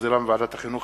שהחזירה ועדת החינוך,